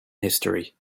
history